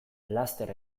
laster